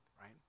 right